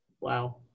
Wow